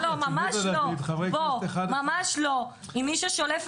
"מטרת חוק זה להעביר חיילי צה"ל מתפקוד משמעותי